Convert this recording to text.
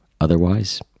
Otherwise